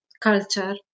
culture